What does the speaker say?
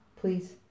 please